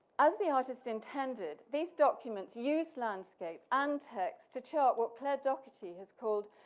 as the artist intended, these documents used landscape and text to chart what claire doherty has called,